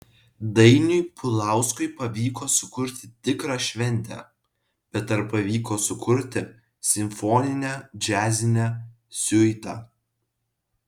dainiui pulauskui pavyko sukurti tikrą šventę bet ar pavyko sukurti simfoninę džiazinę siuitą